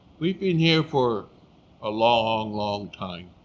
we've been here for a long, long time.